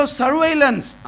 surveillance